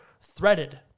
threaded